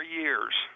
years